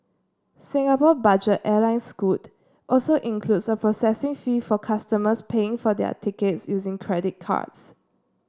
Singapore budget airline Scoot also includes a processing fee for customers paying for their tickets using credit cards